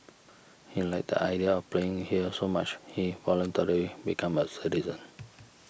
he liked the idea of playing here so much he voluntarily became a citizen